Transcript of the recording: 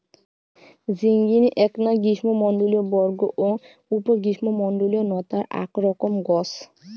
ঝিঙ্গিনী এ্যাকনা গ্রীষ্মমণ্ডলীয় বর্গ ও উপ গ্রীষ্মমণ্ডলীয় নতার আক রকম গছ